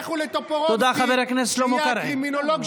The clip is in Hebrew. תודה, חבר הכנסת שלמה קרעי.